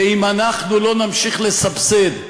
ואם אנחנו לא נמשיך לסבסד,